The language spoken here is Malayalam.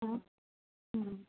ആ ആ